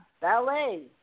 ballet